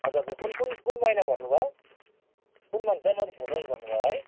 हजुर हजुर कुन कुन कुन महिना भन्नुभयो कुन मन्थ जनवरी फेब्रअरी भन्नुभयो है